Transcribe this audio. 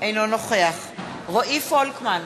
אינו נוכח רועי פולקמן,